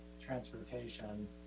transportation